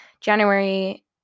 January